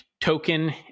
token